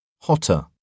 Hotter